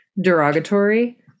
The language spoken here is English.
derogatory